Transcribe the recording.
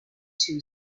two